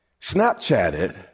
Snapchatted